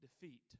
defeat